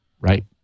right